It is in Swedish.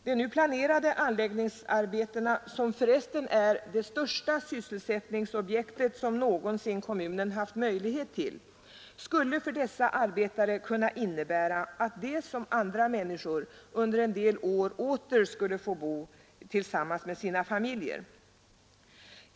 De nu planerade anläggningsarbetena, som för resten är det största sysselsättningsobjekt som kommunen någonsin haft möjlighet till, skulle för dessa arbetare kunna innebära att de som andra människor under en del år åter skulle få bo tillsammans med sina familjer.